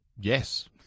yes